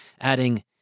adding